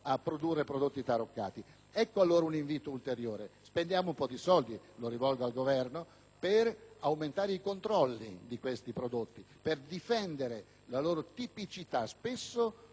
formulare un suggerimento: spendiamo un po' di soldi - mi rivolgo al Governo - per aumentare i controlli su questi prodotti, per difendere la loro tipicità, spesso la loro unicità.